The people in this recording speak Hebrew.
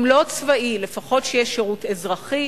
אם לא צבאי לפחות שיהיה שירות אזרחי,